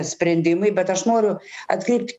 sprendimai bet aš noriu atkreipt